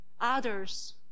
others